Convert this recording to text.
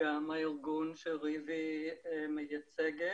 גם הארגון שריבי מייצגת.